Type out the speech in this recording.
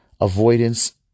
avoidance